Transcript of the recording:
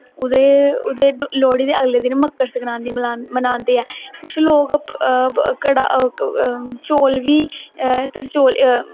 ओह्दे लोह्ड़ी दे अगले दिन मकर संकरांती बनांदे ऐ कुछ लोग चौल बी त्रचौली